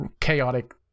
chaotic